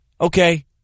okay